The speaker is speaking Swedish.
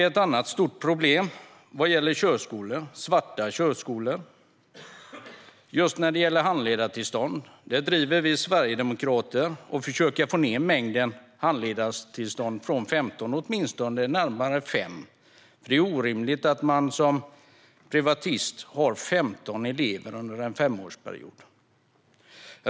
Ett annat stort problem gäller svarta körskolor. När det gäller handledartillstånd driver vi sverigedemokrater på för att försöka få ned mängden tillstånd från 15 till närmare 5. Det är orimligt att man som privatist har 15 elever under en femårsperiod.